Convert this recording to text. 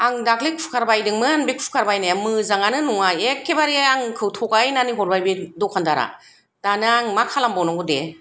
आं दाखलै खुकार बायदोंमोन बे खुकार बायनाया मोजाङानो नङा एखेबारे आंखौ थगायनानै हरबाय बे दखानदारा दाना आं मा खालामबावनांगौ दे